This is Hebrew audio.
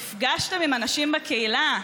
נפגשתם עם אנשים בקהילה?